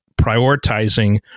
prioritizing